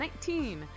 19